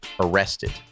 arrested